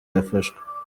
yafashwe